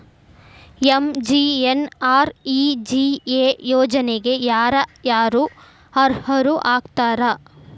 MGNREGA ಯೋಜನೆಗೆ ಯಾರ ಯಾರು ಅರ್ಹರು ಆಗ್ತಾರ?